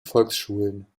volksschulen